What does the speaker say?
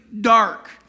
dark